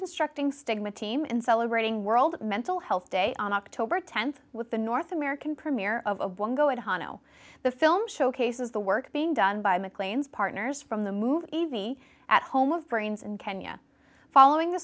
deconstructing stigma team and celebrating world mental health day on october th with the north american premiere of a go at the film showcases the work being done by maclean's partners from the movie even at home of brains in kenya following the